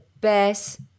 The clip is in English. best